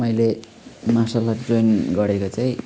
मैले martial art join गरेको चाहिँ